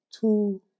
two